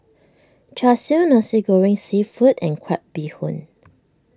Char Siu Nasi Goreng Seafood and Crab Bee Hoon